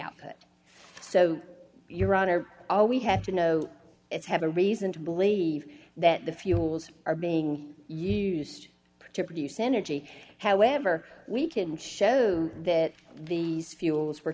output so your honor all we have to know is have a reason to believe that the fuels are being used to produce energy however we can show that the fuels were